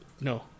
No